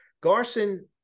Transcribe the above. Garson